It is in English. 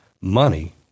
money